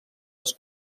les